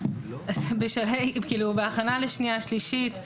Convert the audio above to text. אנחנו בהכנה לשנייה ושלישית,